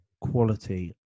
quality